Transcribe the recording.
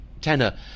tenor